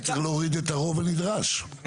צריך להוריד את הרוב הנדרש (בצחוק).